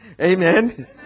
Amen